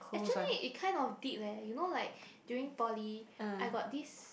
actually it kind of did leh you know like during poly I got this